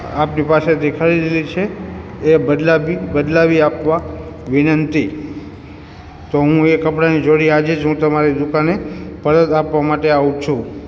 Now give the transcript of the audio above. આપની પાસેથી ખરીદેલી છે એ બદલાવી બદલાવી આપવા વિનંતી તો હું એ કપડાંની જોડી આજે જ હું તમારી દુકાને પરત આપવા માટે આવું છું